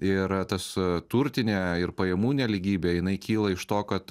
ir tas turtinė ir pajamų nelygybė jinai kyla iš to kad